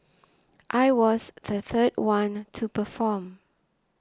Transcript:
I was the third one to perform